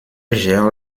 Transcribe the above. gère